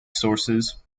sources